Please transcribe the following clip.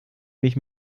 mich